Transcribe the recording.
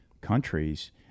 countries